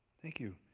thank you.